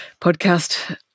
podcast